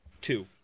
Two